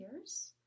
years